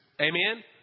Amen